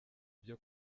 byo